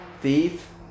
Thief